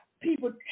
people